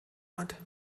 hat